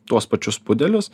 tuos pačius puodelius